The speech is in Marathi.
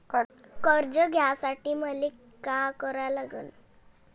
कर्ज घ्यासाठी मले का करा लागन?